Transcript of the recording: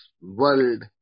world